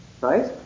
Right